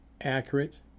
accurate